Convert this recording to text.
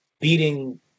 beating